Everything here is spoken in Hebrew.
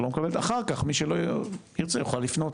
אחר כך מי שירצה יוכל לפנות